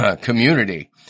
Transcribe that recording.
community